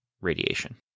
radiation